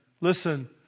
listen